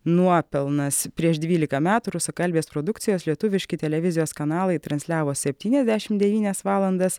nuopelnas prieš dvylika metų rusakalbės produkcijos lietuviški televizijos kanalai transliavo septyniasdešimt devynias valandas